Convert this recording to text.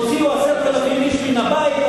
הוציאו 10,000 איש מן הבית,